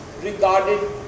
regarded